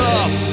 up